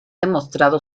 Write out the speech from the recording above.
demostrado